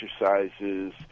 exercises